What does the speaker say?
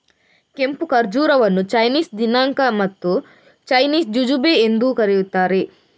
ಕೆಂಪು ಖರ್ಜೂರವನ್ನು ಚೈನೀಸ್ ದಿನಾಂಕ ಮತ್ತು ಚೈನೀಸ್ ಜುಜುಬೆ ಎಂದೂ ಕರೆಯುತ್ತಾರೆ